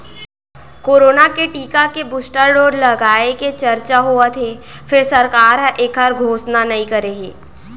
corona के टीका के बूस्टर डोज लगाए के चरचा होवत हे फेर सरकार ह एखर घोसना नइ करे हे